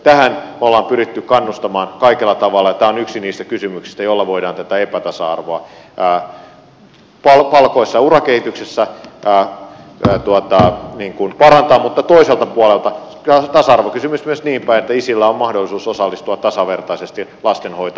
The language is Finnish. tähän me olemme pyrkineet kannustamaan kaikella tavalla ja tämä on yksi niistä kysymyksistä joilla voidaan tätä epätasa arvoa palkoissa ja urakehityksessä parantaa mutta toiselta puolelta kyllä se on myös tasa arvokysymys että isillä olisi mahdollisuus osallistua tasavertaisesti lastenhoitoon